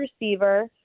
receiver